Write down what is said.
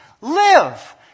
Live